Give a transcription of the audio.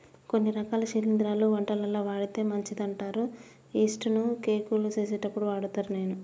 కొన్ని రకాల శిలింద్రాలు వంటలల్ల వాడితే మంచిదంటారు యిస్టు ను కేకులు చేసేప్పుడు వాడుత నేను